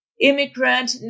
immigrant